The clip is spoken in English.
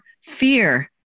fear